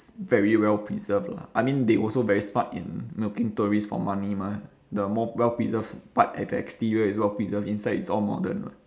very well preserved lah I mean they also very smart in milking tourist for money mah the more well preserved part at the exterior is well preserved inside is all modern [what]